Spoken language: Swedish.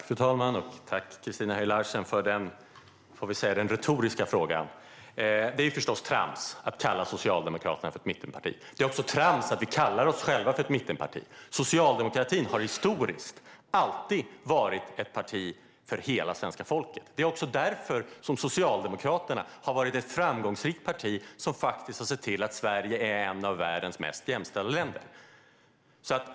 Fru talman! Tack, Christina Höj Larsen, för den retoriska frågan! Det är förstås trams att kalla Socialdemokraterna för ett mittenparti. Det är också trams att vi själva kallar oss för ett mittenparti. Socialdemokratin har historiskt alltid varit ett parti för hela svenska folket. Det är också därför Socialdemokraterna har varit ett framgångsrikt parti som har sett till att Sverige är ett av världens mest jämställda länder.